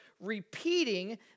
repeating